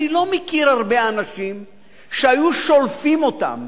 אני לא מכיר הרבה אנשים שהיו שולפים אותם